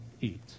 eat